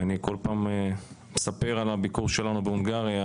אני כל פעם מספר על הביקור שלנו בהונגריה